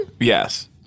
Yes